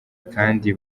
kandi